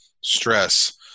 stress